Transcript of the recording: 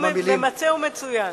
נאום ממצה ומצוין.